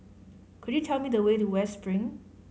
could you tell me the way to West Spring